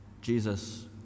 Jesus